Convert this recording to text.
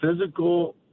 physical